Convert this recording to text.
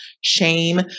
shame